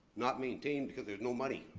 not maintained because there's no money.